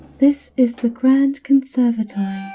this is the grand conservatory.